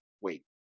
Wait